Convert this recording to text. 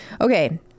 Okay